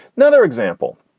another example.